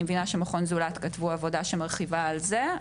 מבינה שמכון זולת כתבו עבודה שמרחיבה על זה.